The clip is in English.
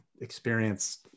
experience